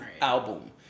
album